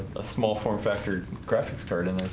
a small form-factor graphics card in